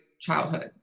childhood